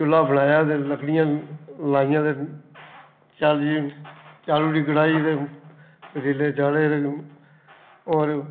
चु'ल्ला बनाया ते लकड़ियां लाइयां ते चल जी चाढ़ी उड़ी कढ़ाई पतीले चाढ़े ते और